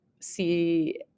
see